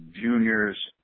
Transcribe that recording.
juniors